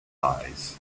eyes